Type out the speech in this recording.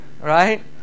Right